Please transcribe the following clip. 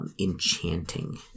enchanting